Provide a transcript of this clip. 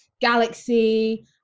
Galaxy